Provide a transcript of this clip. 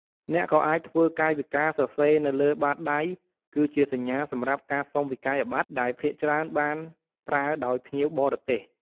អ្នកក៏អាចធ្វើកាយវិការសរសេរនៅលើបាតដៃ គឺជាសញ្ញាសម្រាប់ការសុំវិក្កយបត្រដែលភាគច្រើនបានប្រើដោយភ្ញៀវបរទេស។